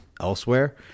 elsewhere